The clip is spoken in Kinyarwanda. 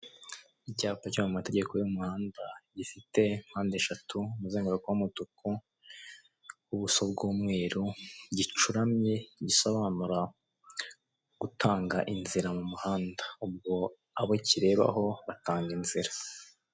Abantu babiri bafashe terefone mu ntoki zose ziri kwaka umwe yambaye umupira w'umutuku akaba bose bari imbere y'ameza akoze mu rubaho rw'umweru.